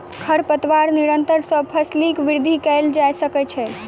खरपतवार नियंत्रण सॅ फसीलक वृद्धि कएल जा सकै छै